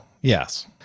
yes